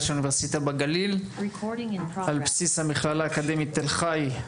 של אוניברסיטה בגליל על בסיס המכללה האקדמית תל חי.